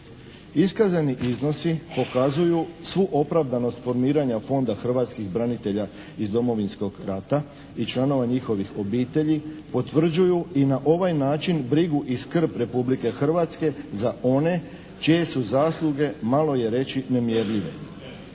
Iskazani iznosi pokazuju svu opravdanost formiranja Fonda hrvatskih branitelja iz Domovinskog rata i članova njihovih obitelji, potvrđuju i na ovaj način brigu i skrb Republike Hrvatske za one čije su zasluge malo je reći nemjerljive.